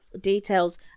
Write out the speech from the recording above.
details